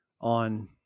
on